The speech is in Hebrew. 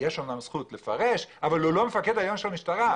יש אמנם זכות לפרש אבל הוא לא המפקד העליון של המשטרה.